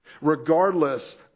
regardless